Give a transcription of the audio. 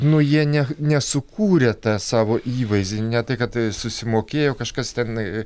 nu jie ne nesukūrė tą savo įvaizdį ne tai kad tai susimokėjo kažkas ten